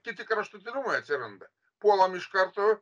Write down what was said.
kiti kraštutinumai atsiranda puolam iš karto